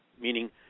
meaning